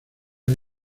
hay